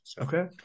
Okay